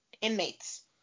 inmates